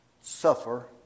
Suffer